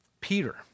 Peter